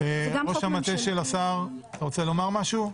ראש המטה של השר, אתה רוצה לומר משהו?